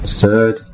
Third